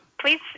Please